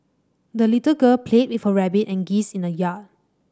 the little girl played with her rabbit and geese in the yard